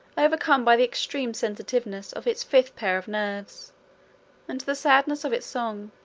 overcome by the extreme sensitiveness of its fifth pair of nerves and the sadness of its song,